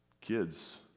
Kids